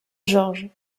georges